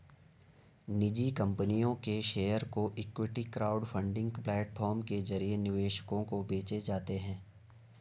निजी कंपनियों के शेयर जो इक्विटी क्राउडफंडिंग प्लेटफॉर्म के जरिए निवेशकों को बेचे जाते हैं